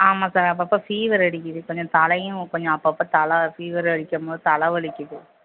ஆமாம் சார் அப்பப்போ ஃபீவர் அடிக்கிது கொஞ்சம் தலையும் கொஞ்சம் அப்பப்போ தலை ஃபீவர் அடிக்கும்போது தலை வலிக்குது